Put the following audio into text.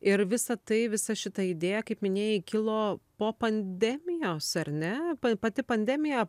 ir visa tai visa šita idėja kaip minėjai kilo po pandemijos ar ne pati pandemija